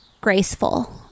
graceful